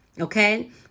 Okay